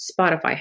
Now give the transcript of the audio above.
Spotify